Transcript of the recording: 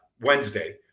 Wednesday